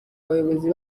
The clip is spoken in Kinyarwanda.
bayobozi